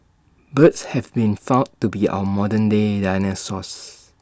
birds have been found to be our modern day dinosaurs